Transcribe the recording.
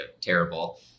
terrible